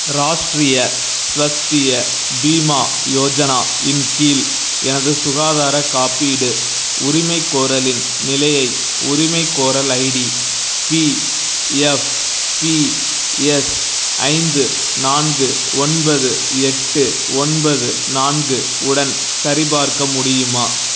ராஷ்ட்ரிய ஸ்வஸ்திய பீமா யோஜனா இன் கீழ் எனது சுகாதார காப்பீடு உரிமைக் கோரலின் நிலையை உரிமை கோரல் ID P F P S ஐந்து நான்கு ஒன்பது எட்டு ஒன்பது நான்கு உடன் சரிபார்க்க முடியுமா